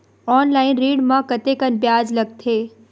Online ऋण म कतेकन ब्याज लगथे?